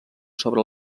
sobre